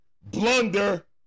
blunder